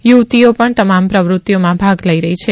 યુવતીઓ પણ તમામ પ્રવૃત્તિઓમાં ભાગ લઇ રહી છે